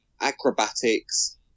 acrobatics